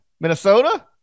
Minnesota